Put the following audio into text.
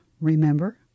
Remember